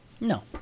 No